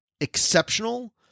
exceptional